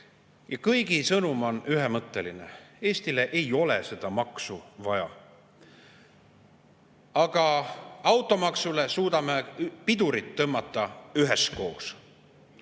Ja kõigi sõnum on ühemõtteline: Eestile ei ole seda maksu vaja. Aga automaksule suudame pidurit tõmmata üheskoos,